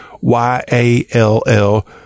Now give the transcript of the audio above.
Y-A-L-L